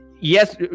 yes